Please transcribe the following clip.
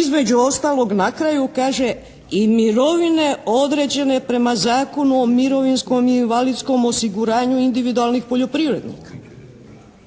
Između ostalog na kraju kaže i mirovine određene prema Zakonu o mirovinskom i invalidskom osiguranju individualnih poljoprivrednika.